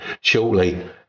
shortly